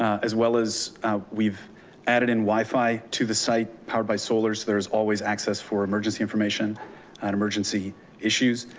as well as we've added in wifi to the site powered by solar, so there's always access for emergency information and emergency issues.